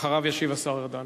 ואחריו ישיב השר ארדן.